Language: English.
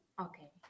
Okay